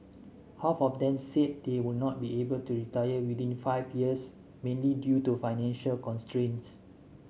half of them said they would not be able to retire within five years mainly due to financial constraints